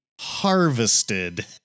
harvested